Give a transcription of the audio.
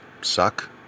suck